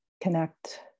connect